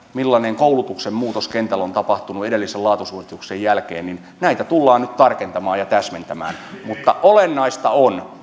millainen koulutuksen muutos kentällä on tapahtunut edellisen laatusuosituksen jälkeen tullaan tarkentamaan ja täsmentämään mutta olennaista on